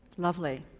lovely.